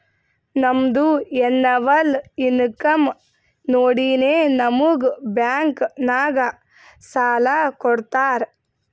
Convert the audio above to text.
ನಮ್ದು annual income ನೋಡಿನೇ ನಮುಗ್ ಬ್ಯಾಂಕ್ ನಾಗ್ ಸಾಲ ಕೊಡ್ತಾರ